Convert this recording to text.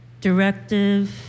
directive